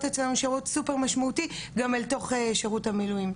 אצלנו שירות סופר משמעותי גם אל תוך שירות המילואים.